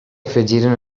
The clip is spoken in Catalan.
afegiren